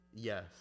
Yes